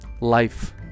life